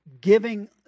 giving